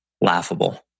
laughable